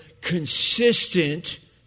consistent